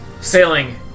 sailing